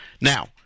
Now